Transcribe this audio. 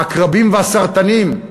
העקרבים והסרטנים,